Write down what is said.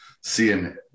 seeing